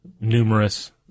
numerous